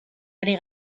ari